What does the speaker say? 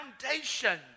foundation